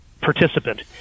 participant